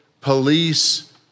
police